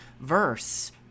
verse